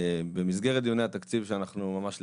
במסגרת דיוני התקציב שאנחנו ממש לקראתם,